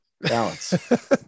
Balance